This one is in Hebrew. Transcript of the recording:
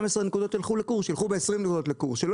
שילכו ב-20 נקודות לקורס ולא ב-12 נקודות.